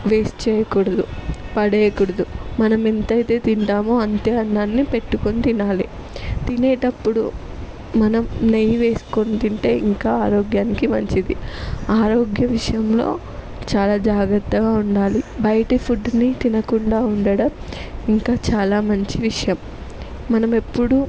waste చేయకూడదు పడేయకూడదు మనం ఎంతయితే తింటామో అంతే అన్నాన్ని పెట్టకుని తినాలి తినేటప్పుడు మనం నెయ్యి వేసుకుని తింటే ఇంకా ఆరోగ్యానికి మంచిది ఆరోగ్య విషయంలో చాలా జాగ్రత్తగా ఉండాలి బయటి ఫుడ్ని తినకుండా ఉండడం ఇంకా చాలా మంచి విషయం మనం ఎప్పుడూ